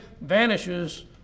vanishes